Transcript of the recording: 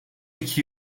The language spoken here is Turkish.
iki